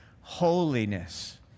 Holiness